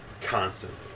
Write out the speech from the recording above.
constantly